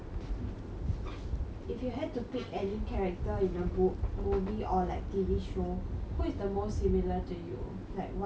if you had to pick any character in a book movie or like T_V show who is the most similar to you like why would you choose